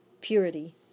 purity